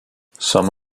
some